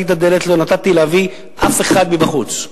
את הדלת ולא נתתי להביא אף אחד מבחוץ,